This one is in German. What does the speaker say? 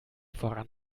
voran